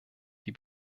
die